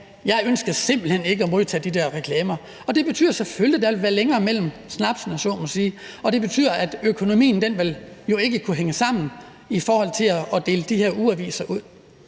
Jeg ønsker simpelt hen ikke at modtage de der reklamer. Og det betyder selvfølgelig, at der vil være længere mellem snapsene, om man så må sige, og det betyder, at økonomien jo ikke vil kunne hænge sammen i forhold til at dele de her ugeaviser ud.